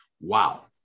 Wow